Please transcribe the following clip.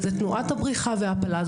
זו תנועת הבריחה וההעפלה.